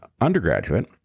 undergraduate